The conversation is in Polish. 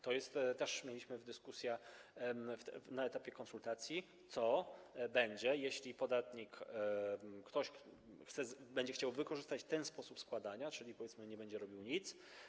Też mieliśmy dyskusję na etapie konsultacji, co będzie, jeśli podatnik będzie chciał wykorzystać ten sposób składania, czyli, powiedzmy, nie będzie robił nic.